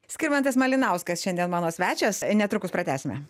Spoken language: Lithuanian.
skirmantas malinauskas šiandien mano svečias netrukus pratęsime